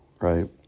right